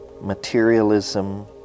materialism